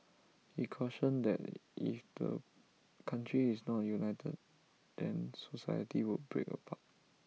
he cautioned that if the country is not united then society would break apart